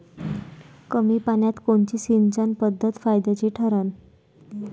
कमी पान्यात कोनची सिंचन पद्धत फायद्याची ठरन?